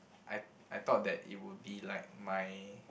I I thought that it would be like my